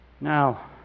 Now